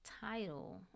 title